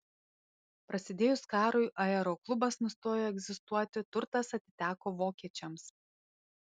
prasidėjus karui aeroklubas nustojo egzistuoti turtas atiteko vokiečiams